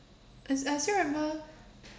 I s~ I still remember